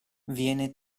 viene